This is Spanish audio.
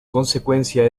consecuencia